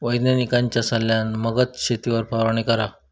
वैज्ञानिकांच्या सल्ल्यान मगच शेतावर फवारणी करा